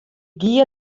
gie